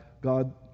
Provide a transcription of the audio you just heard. God